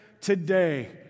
today